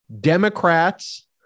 Democrats